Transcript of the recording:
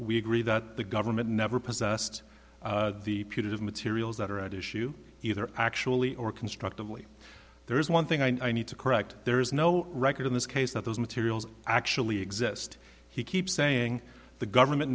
we agree that the government never possessed the putative materials that are at issue either actually or constructively there is one thing i need to correct there is no record in this case that those materials actually exist he keeps saying the government